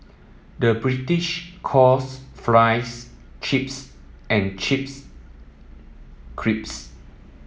the British calls fries chips and chips crisps